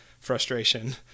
frustration